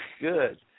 good